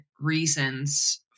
reasons